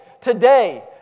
today